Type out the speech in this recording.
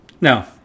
Now